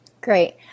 Great